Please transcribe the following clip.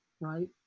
right